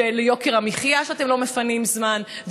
וליוקר המחיה אתם לא מפנים זמן,